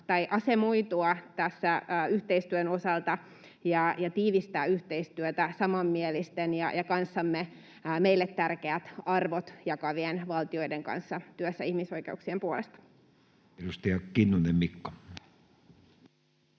asemoitua tässä yhteistyön osalta ja tiivistää yhteistyötä samanmielisten ja meille tärkeät arvot jakavien valtioiden kanssa työssä ihmisoikeuksien puolesta. Edustaja Kinnunen, Mikko.